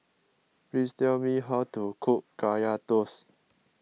please tell me how to cook Kaya Toast